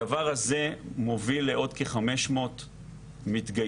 הדבר הזה מוביל לעוד כ-500 מתגייסים,